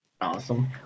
Awesome